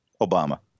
Obama